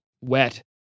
wet